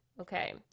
Okay